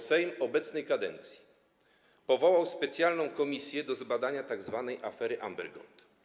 Sejm obecnej kadencji powołał specjalną komisję do zbadania tzw. afery Amber Gold.